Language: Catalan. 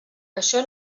això